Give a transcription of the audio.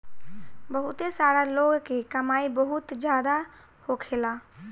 बहुते सारा लोग के कमाई बहुत जादा होखेला